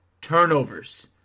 turnovers